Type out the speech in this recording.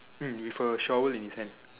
mm with a shovel in his hand